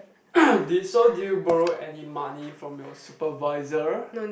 did you so did you borrow any money from your supervisor